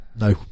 No